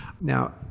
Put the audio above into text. Now